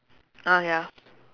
ah ya